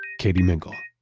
katie mingle